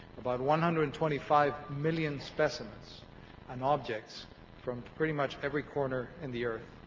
about one hundred and twenty five million specimens and objects from pretty much every corner in the earth.